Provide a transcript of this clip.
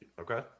Okay